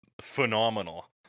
phenomenal